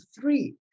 three